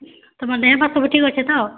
ତୁମର୍ ଦେହପାହା ସବୁ ଠିକ୍ ଅଛେ ତ